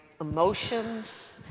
emotions